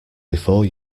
before